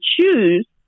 choose